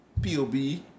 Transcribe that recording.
POB